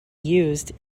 used